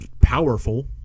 powerful